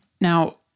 Now